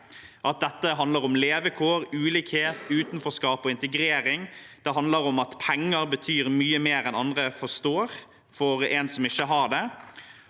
kriminalitet levekår, ulikhet, utenforskap og integrering. Det handler om at penger betyr mye mer enn andre forstår, for en som ikke har det.